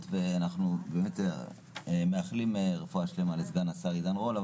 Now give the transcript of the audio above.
ואנחנו באמת מאחלים רפואה שלמה לסגן השר עידן רול.